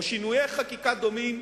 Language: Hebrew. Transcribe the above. או שינויי חקיקה דומים,